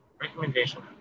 recommendation